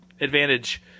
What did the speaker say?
advantage